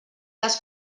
les